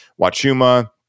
wachuma